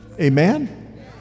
Amen